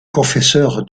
confesseur